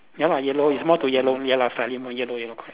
ya lah yellow is more to yellow ya lah slightly more yellow yellow